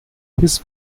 his